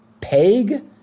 Peg